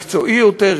מקצועי יותר,